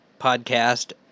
podcast